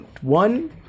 one